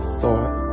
thought